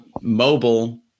mobile